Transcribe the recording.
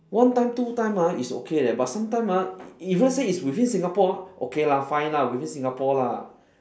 one time two time ah it's okay leh but sometimes ah if let's say it's within singapore okay lah fine lah within singapore lah